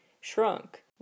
shrunk